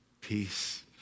Peace